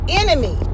enemy